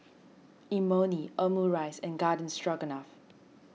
Imoni Omurice and Garden Stroganoff